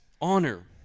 honor